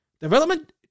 Development